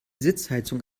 sitzheizung